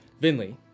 Vinley